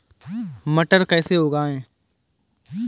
मटर कैसे उगाएं?